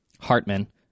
Hartman